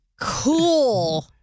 Cool